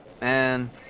Man